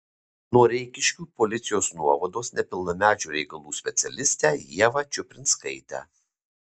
noreikiškių policijos nuovados nepilnamečių reikalų specialistę ievą čiuprinskaitę